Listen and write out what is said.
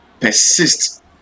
persist